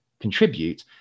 contribute